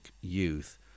youth